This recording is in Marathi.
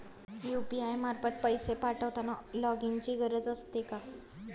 यु.पी.आय मार्फत पैसे पाठवताना लॉगइनची गरज असते का?